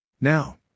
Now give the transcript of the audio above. Now